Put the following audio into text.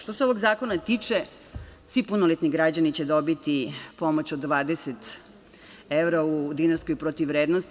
Što se ovog zakona tiče, svi punoletni građani će dobiti pomoć od 20 evra u dinarskoj protiv vrednosti.